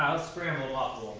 um scramble ah